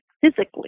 physically